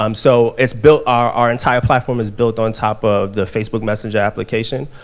um so it's built, our our entire platform is built on top of the facebook messenger application.